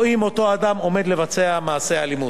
או אם אותו אדם עומד לבצע מעשה אלימות.